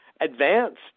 advanced